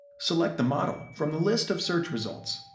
select the model from the list of search results.